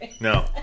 no